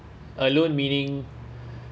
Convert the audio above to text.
alone meaning